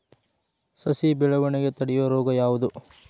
ಸಸಿ ಬೆಳವಣಿಗೆ ತಡೆಯೋ ರೋಗ ಯಾವುದು?